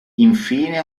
infine